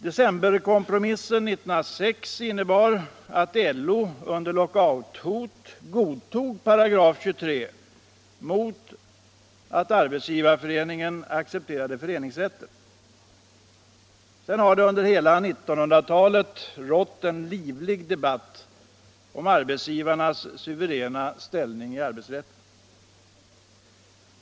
Decemberkompromissen 1906 innebar att LO under lockouthot godtog § 23 mot att SAF accepterade föreningsrätten. Sedan har det under hela 1900-talet rått en livlig debatt om arbetsgivarnas suveräna ställning i arbetsrätten.